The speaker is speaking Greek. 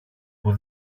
που